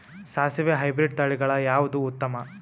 ಸಾಸಿವಿ ಹೈಬ್ರಿಡ್ ತಳಿಗಳ ಯಾವದು ಉತ್ತಮ?